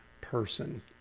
person